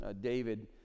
david